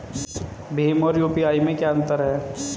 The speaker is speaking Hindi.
भीम और यू.पी.आई में क्या अंतर है?